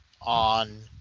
on